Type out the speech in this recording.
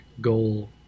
goal